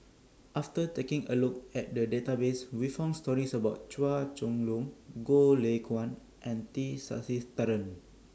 after taking A Look At The Database We found stories about Chua Chong Long Goh Lay Kuan and T Sasitharan